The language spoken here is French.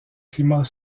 climat